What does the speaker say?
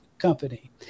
Company